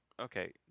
okay